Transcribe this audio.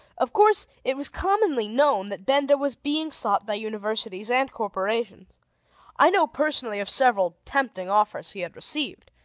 of course, it was commonly known that benda was being sought by universities and corporations i know personally of several tempting offers he had received.